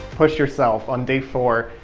push yourself on day four.